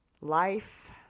life